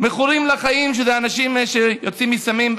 "מכורים לחיים" אנשים שיוצאים מסמים,